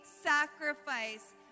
sacrifice